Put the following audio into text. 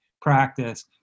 practice